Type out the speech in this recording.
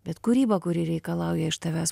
bet kūryba kuri reikalauja iš tavęs